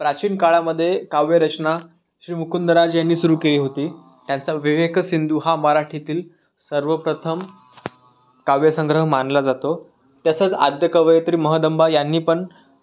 प्राचीन काळामध्ये काव्य रचना श्री मुकुंदराज यांनी सुरु केली होती त्यांचा विवेक सिंधू हा मराठीतील सर्वप्रथम काव्य संग्रह मानला जातो तसंच आद्य कवयत्री महदंबा यांनी पण